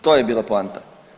To je bila poanta.